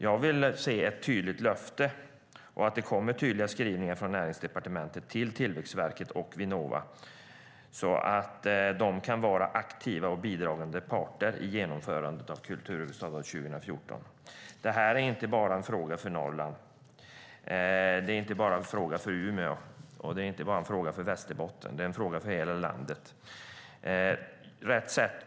Jag vill ha ett tydligt löfte och att det kommer starka tydliga skrivningar från Näringsdepartementet till Tillväxtverket och Vinnova så att de kan vara aktiva och bidragande parter i genomförandet av kulturhuvudstadsåret 2014. Det här är inte bara en fråga för Norrland. Det är inte bara en fråga för Umeå. Det är inte bara en fråga för Västerbotten. Det är en fråga för hela landet.